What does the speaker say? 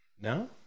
No